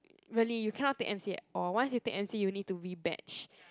really you cannot take m_c at all once you take m_c you need to rebatch